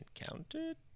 encountered